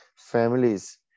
Families